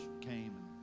came